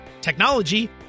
technology